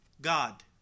God